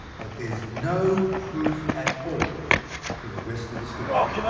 but there's no proof at all for the rest of the story.